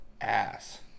ass